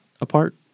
apart